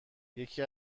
یکی